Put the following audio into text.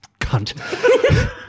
cunt